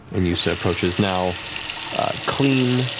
and yussa approaches, now clean,